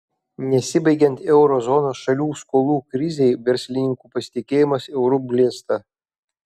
nesibaigiant euro zonos šalių skolų krizei verslininkų pasitikėjimas euru blėsta